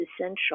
essential